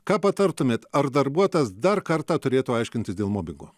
ką patartumėt ar darbuotojas dar kartą turėtų aiškintis dėl mobingo